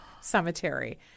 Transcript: cemetery